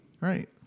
Right